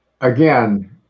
again